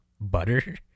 butter